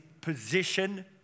position